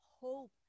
hope